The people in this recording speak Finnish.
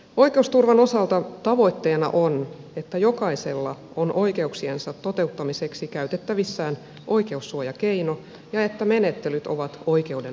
oikeusturvan osalta tavoitteena on että jokaisella on oikeuksiensa toteuttamiseksi käytettävissään oikeussuojakeino ja että menettelyt ovat oikeudenmukaisia